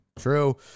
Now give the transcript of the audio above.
True